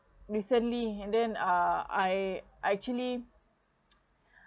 recently and then uh I actually